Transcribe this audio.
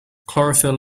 chlorophyll